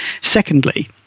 Secondly